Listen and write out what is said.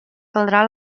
caldrà